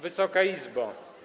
Wysoka Izbo!